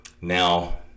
now